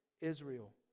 Israel